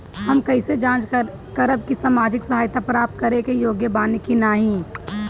हम कइसे जांच करब कि सामाजिक सहायता प्राप्त करे के योग्य बानी की नाहीं?